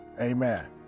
amen